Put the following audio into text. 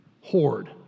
Hoard